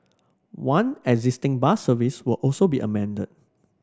one existing bus service will also be amended